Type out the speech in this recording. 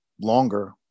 longer